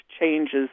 changes